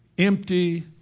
empty